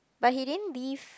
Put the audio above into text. but he didn't leave